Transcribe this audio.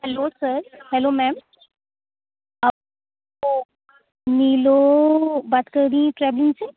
hello sir hello ma'am آپ نیلو بات کر رہی ہیں ٹریول سے